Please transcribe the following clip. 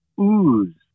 ooze